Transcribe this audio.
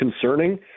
concerning